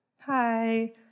Hi